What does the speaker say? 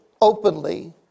openly